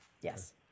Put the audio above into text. Yes